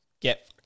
get